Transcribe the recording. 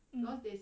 mm